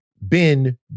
Ben